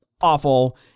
awful